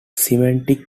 semantic